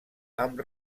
amb